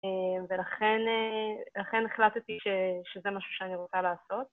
ולכן החלטתי שזה משהו שאני רוצה לעשות.